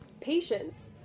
Patience